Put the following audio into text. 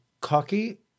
cocky